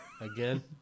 again